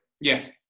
yes